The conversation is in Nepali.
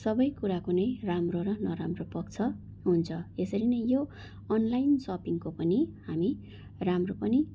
सबै कुराको नै राम्रो र नराम्रो पक्ष हुन्छ यसरी नै यो अनलाइन सपिङको पनि हामी राम्रो पनि